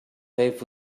paved